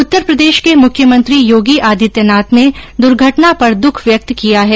उत्तरप्रदेश के मुख्यमंत्री योगी आदित्यनाथ ने दुर्घटना पर दुख व्यक्त किया है